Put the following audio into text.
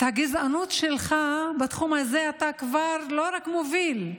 את הגזענות שלך בתחום הזה אתה כבר לא רק מוביל,